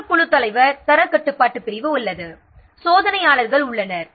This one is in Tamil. மற்றொரு குழுத் தலைவரின் தரக் கட்டுப்பாட்டு பிரிவு உள்ளது சோதனையாளர்கள் உள்ளனர்